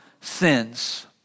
sins